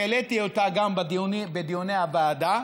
והעליתי אותה גם בדיוני הוועדה.